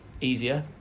easier